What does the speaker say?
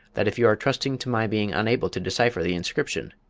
that if you are trusting to my being unable to decipher the inscription,